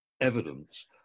evidence